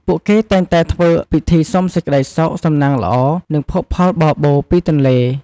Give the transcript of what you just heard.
ពួកគេតែងតែធ្វើពិធីសុំសេចក្ដីសុខ សំណាងល្អ និងភោគផលបរិបូរណ៍ពីទន្លេ។